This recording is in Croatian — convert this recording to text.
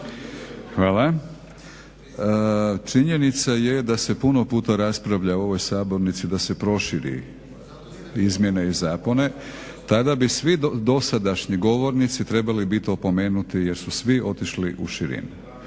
Hvala. Činjenica je da se puno puta raspravlja u ovoj sabornici da se proširi izmjene i zakona. Tada bi svi dosadašnji govornici trebali biti opomenuti jer su svi otišli u širinu.